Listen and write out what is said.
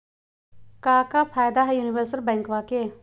क्का फायदा हई यूनिवर्सल बैंकवा के?